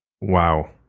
Wow